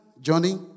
Johnny